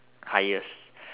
highest